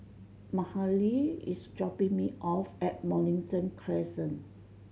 Mahalie is dropping me off at Mornington Crescent